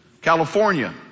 California